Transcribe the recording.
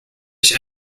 ich